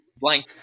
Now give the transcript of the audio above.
blank